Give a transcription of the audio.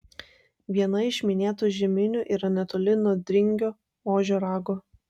viena iš minėtų žeminių yra netoli nuo dringio ožio rago